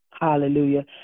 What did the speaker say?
Hallelujah